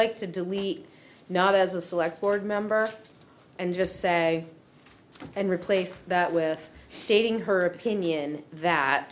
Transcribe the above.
like to delete not as a select board member and just say and replace that with stating her opinion that